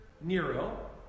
Nero